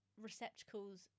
receptacles